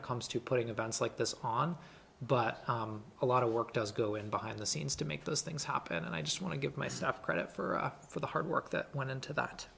it comes to putting a bounce like this on but a lot of work does go in behind the scenes to make those things happen and i just want to give myself credit for for the hard work that went into that